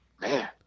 man